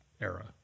era